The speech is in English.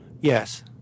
Yes